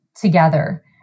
together